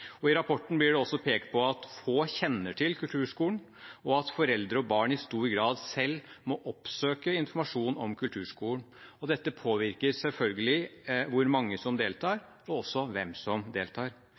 I rapporten blir det også pekt på at få kjenner til kulturskolen, og at foreldre og barn i stor grad selv må oppsøke informasjon om kulturskolen. Dette påvirker selvfølgelig hvor mange som